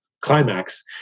climax